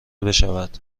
بشود